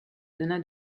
donna